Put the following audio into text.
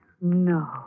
No